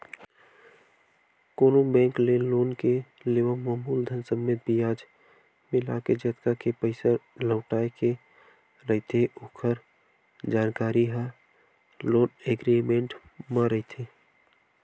कोनो बेंक ले लोन के लेवब म मूलधन समेत बियाज मिलाके जतका के पइसा लहुटाय के रहिथे ओखर जानकारी ह लोन एग्रीमेंट म रहिथे